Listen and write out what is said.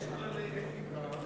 יש אתיקה,